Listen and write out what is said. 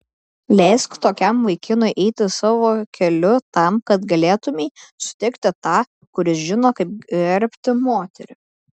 leisk tokiam vaikinui eiti savo keliu tam kad galėtumei sutikti tą kuris žino kaip gerbti moterį